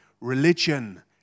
religion